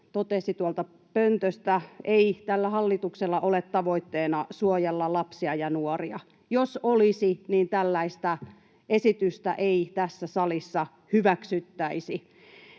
totesi tuolta pöntöstä. Ei tällä hallituksella ole tavoitteena suojella lapsia ja nuoria — jos olisi, niin tällaista esitystä ei tässä salissa hyväksyttäisi.